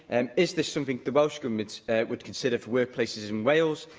and is this something the welsh government would consider for workplaces in wales?